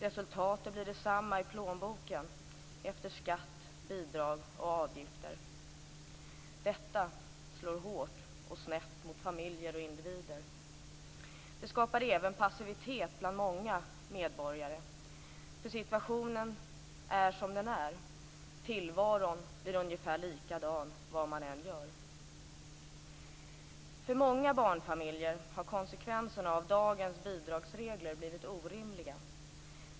Resultatet blir detsamma i plånboken efter skatt, bidrag och avgifter. Detta slår hårt och snett mot familjer och individer. Det skapar även passivitet bland många medborgare, för situationen är som den är, tillvaron blir ungefär likadan vad man än gör. För många barnfamiljer har konsekvenserna av dagens bidragsregler blivit orimliga.